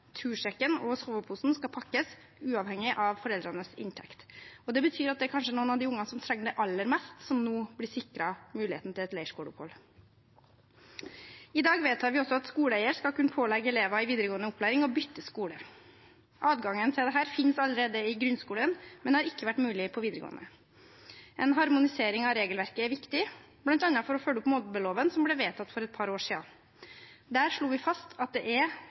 Tursekken og soveposen skal pakkes, uavhengig av foreldrenes inntekt. Det betyr at det kanskje er noen av de ungene som trenger det aller mest, som nå blir sikret muligheten til et leirskoleopphold. I dag vedtar vi også at skoleeier skal kunne pålegge elever i videregående opplæring å bytte skole. Adgangen til dette finnes allerede i grunnskolen, men har ikke vært mulig på videregående. En harmonisering av regelverket er viktig, bl.a. for å følge opp mobbeloven som ble vedtatt for et par år siden. Der slo vi fast at det er